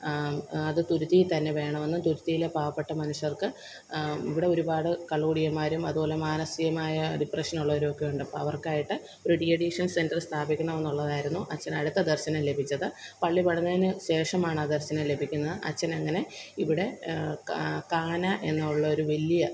അത് തുരുത്തി തന്നെ വേണമെന്നും തുരുത്തിയിലെ പാവപ്പെട്ട മനുഷ്യര്ക്ക് ഇവിടെ ഒരുപാട് കള്ളുകുടിയന്മാരും അതുപോലെ മാനസികമായ ഡിപ്രഷന് ഉള്ളവരും ഒക്കെയുണ്ട് അപ്പം അവര്ക്കായിട്ട് ഒരു ഡീഅഡിക്ഷന് സെന്റെര് സ്ഥാപിക്കണമെന്നുള്ളതായിരുന്നു അച്ചനു അടുത്ത ദര്ശനം ലഭിച്ചത് പള്ളി പണിതത്തിനു ശേഷമാണ് ആ ദര്ശനം ലഭിക്കുന്നത് അച്ചനങ്ങനെ ഇവിടെ എന്നുള്ള ഒരു വലിയ